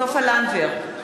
סופה לנדבר,